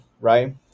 right